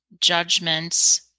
Judgments